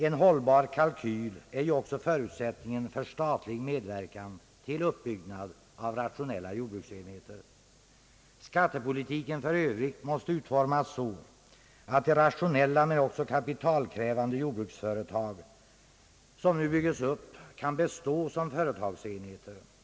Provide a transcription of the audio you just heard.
En hållbar kalkyl är ju också förutsättningen för statlig medverkan till uppbyggnad av rationella jordbruksenheter. Skattepolitiken för övrigt måste utformas så att de rationella men också kapitalkrävande jordbruksföretag som nu byggs upp kan bestå som företagsenheter.